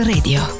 Radio